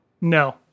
No